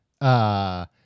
Uh-